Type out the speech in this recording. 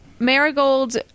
Marigold